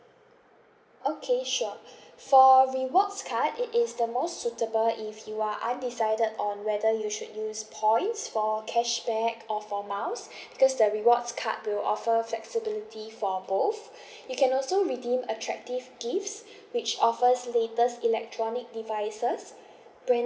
okay sure for rewards card it is the most suitable if you are undecided on whether you should use points for cashback or for miles because the rewards card will offer flexibility for both you can also redeem attractive gifts which offers latest electronic devices